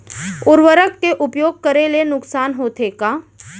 उर्वरक के उपयोग करे ले नुकसान होथे का?